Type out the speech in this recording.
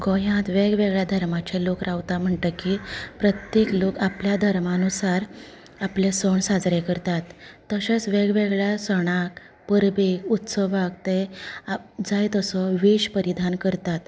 गोंयात वेग वेगळ्या धर्माचे लोक रावतात म्हणटकीर प्रत्येक लोक आपल्या धर्मानुसार आपले सण साजरे करतात तशेच वेग वेगळ्या सणांक परबेक उत्सवाक ते जाय तसो वेश परिधान करतात